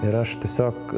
ir aš tiesiog